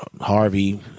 Harvey